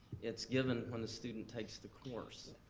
it's given when the student takes the course.